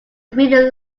really